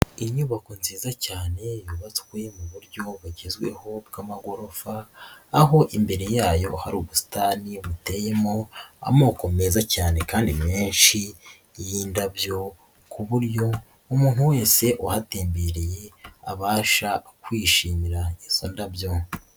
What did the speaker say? Inyubako nziza cyane yubatswe mu buryo bugezweho bw'amagorofa, aho imbere yayo hari ubusitani buteyemo amoko meza cyane kandi menshi y'indabyo, ku buryo umuntu wese uhatembereye abasha kwishimira izo ndabyo.